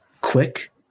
quick